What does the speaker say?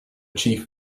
chief